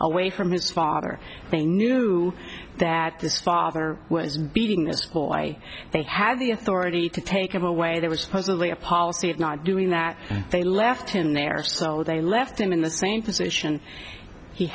away from his father they knew that this father was beating a school i think had the authority to take him away there was supposedly a policy of not doing that they left him there so they left him in the same position he